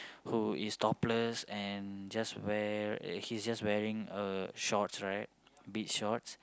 who is topless and just wear he's just wearing a shorts right beach shorts